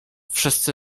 wszyscy